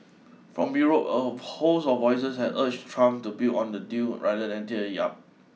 from Europe a host of voices have urged Trump to build on the deal rather than tear it up